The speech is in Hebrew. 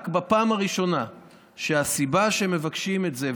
רק בפעם הראשונה שהסיבה שמבקשים את זה,